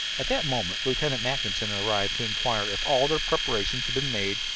at that moment lieutenant mackinson arrived to inquire if all their preparations had been made,